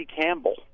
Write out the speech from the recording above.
Campbell